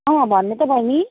अँ भन्नु त बैनी